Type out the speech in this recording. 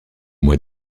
moins